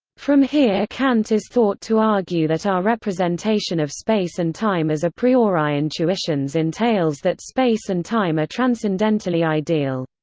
from here kant is thought to argue that our representation of space and time as a priori intuitions entails that space and time are transcendentally ideal.